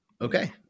Okay